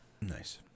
Nice